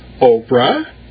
Oprah